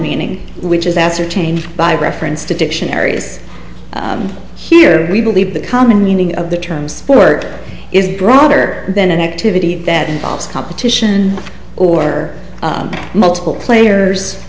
meaning which is ascertained by reference to dictionaries here we believe the common meaning of the term sport is broader than an activity that involves competition or or multiple players